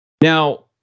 Now